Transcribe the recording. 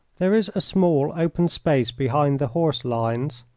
there is a small open space behind the horse lines,